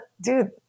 dude